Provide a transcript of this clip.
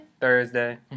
Thursday